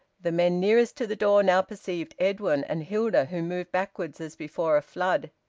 the men nearest to the door now perceived edwin and hilda, who moved backwards as before a flood.